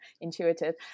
intuitive